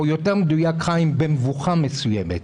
או מדויק יותר: במבוכה מסוימת.